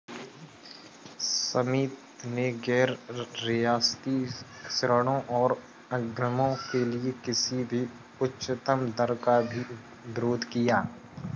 समिति ने गैर रियायती ऋणों और अग्रिमों के लिए किसी भी उच्चतम दर का भी विरोध किया